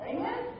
Amen